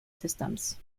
systems